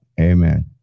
amen